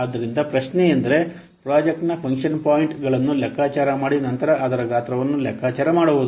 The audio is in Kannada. ಆದ್ದರಿಂದ ಪ್ರಶ್ನೆಯೆಂದರೆ ಪ್ರಾಜೆಕ್ಟ್ನ ಫಂಕ್ಷನ್ ಪಾಯಿಂಟ್ ಗಳನ್ನು ಲೆಕ್ಕಾಚಾರ ಮಾಡಿ ನಂತರ ಅದರ ಗಾತ್ರವನ್ನು ಲೆಕ್ಕಾಚಾರ ಮಾಡುವುದು